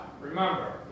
remember